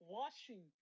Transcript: washing